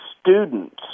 students